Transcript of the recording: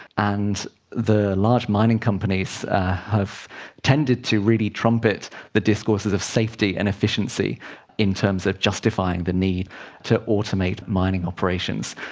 and the large mining companies have tended to really trumpet the discourses of safety and efficiency in terms of justifying the need to automate mining operations.